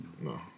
No